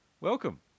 Welcome